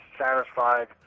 satisfied